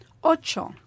ocho